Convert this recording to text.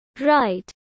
right